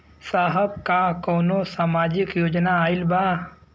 साहब का कौनो सामाजिक योजना आईल बा?